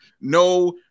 No